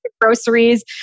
groceries